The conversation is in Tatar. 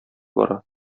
бара